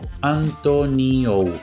antonio